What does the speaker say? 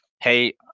hey